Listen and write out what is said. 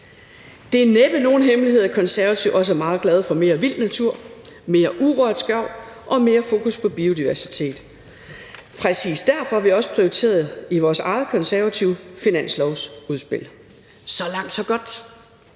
Det er næppe nogen hemmelighed, at Konservative også er meget glade for mere vild natur, mere urørt skov og mere fokus på biodiversitet, og præcis derfor har vi hos De Konservative også prioriteret det i vores eget finanslovsudspil. Så langt, så godt.